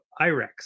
IREX